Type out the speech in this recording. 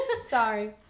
Sorry